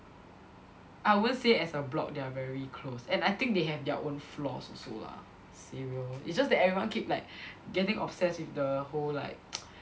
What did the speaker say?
I won't say as a block they are very close and I think they have their own flaws also lah say real it's just that everyone keep like getting obsessed with the whole like